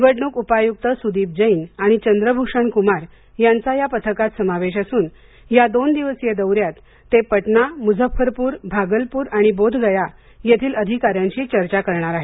निवडणूक उपायुक्त सुदीप जैन आणि चंद्रभूषण कुमार यांचा या पथकात समावेश असून या दोन दिवसीय दौर्यात ते पटना मुझफ्फरपुर भागलपूर आणि बोध गया येथील अधिकाऱ्यांशी चर्चा करण्यात येणार आहे